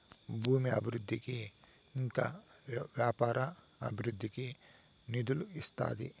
భూమి అభివృద్ధికి ఇంకా వ్యాపార అభివృద్ధికి నిధులు ఇస్తాది